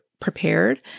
prepared